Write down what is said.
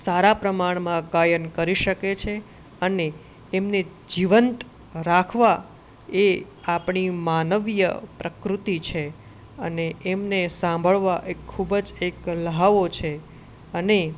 સારા પ્રમાણમાં ગાયન કરી શકે છે અને એમને જીવંત રાખવાં એ આપણી માનવીય પ્રકૃતિ છે અને એમને સાંભળવા એક ખૂબ જ એક લ્હાવો છે અને